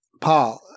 Paul